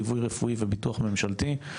לווי רפואי וביטוח ממשלתי.